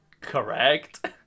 correct